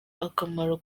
akamaro